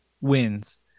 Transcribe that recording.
wins